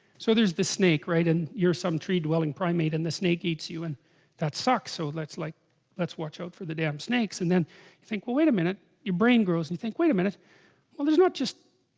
so there's the snake right and you're some tree dwelling primate and the snake eats you and that sucks so that's like let's watch out for the damn snakes and then you think, well wait a minute your brain grows and think wait a minute well there's not just?